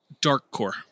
Darkcore